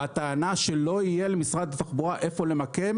בטענה שלא יהיה למשרד התחבורה איפה למקם